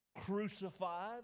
crucified